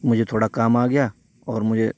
مجھے تھوڑا کام آ گیا اور مجھے